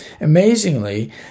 Amazingly